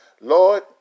Lord